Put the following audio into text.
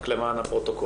למען הפרוטוקול.